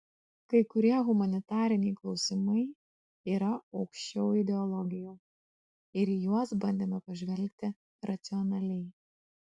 kai kurie humanitariniai klausimai yra aukščiau ideologijų ir į juos bandėme pažvelgti racionaliai